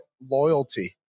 loyalty